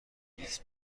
گیتس